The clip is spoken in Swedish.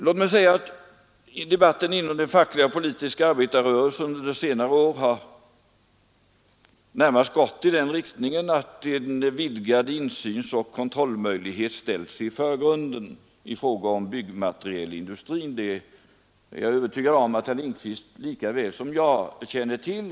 Låt mig säga att debatten inom den fackliga politiska arbetarrörelsen under senare år närmast har gått i den riktningen att en vidgad insyn och kontrollmöjlighet ställs i förgrunden i fråga om byggmaterialindustrin, och det är jag övertygad om att herr Lindkvist känner till lika väl som jag.